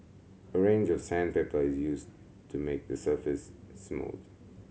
a range of sandpaper is used to make the surface smooth